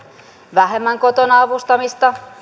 vähemmän kotona avustamista